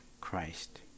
Christ